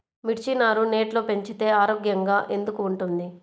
మిర్చి నారు నెట్లో పెంచితే ఆరోగ్యంగా ఎందుకు ఉంటుంది?